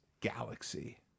galaxy